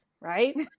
right